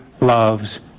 loves